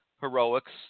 heroics